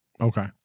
Okay